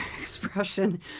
expression